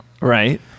Right